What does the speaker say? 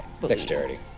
Dexterity